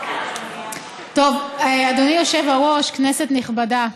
טוב, אדוני היושב-ראש, כנסת נכבדה,